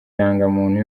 irangamuntu